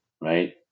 right